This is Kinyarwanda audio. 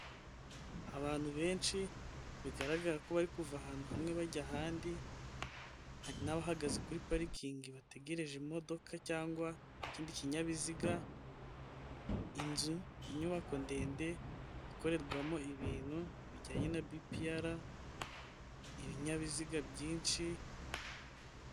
Abantu benshi bigaragara ko bari kuva ahantu hamwe bajya ahandi, hari n'abahagaze kuri parikingi bategereje imodoka cyangwa ikindi kinyabiziga. Inzu, inyubako ndende ikorerwamo ibintu bijyanye na bipi ara, ibinyabiziga byinshi.